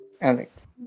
Alex